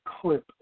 clip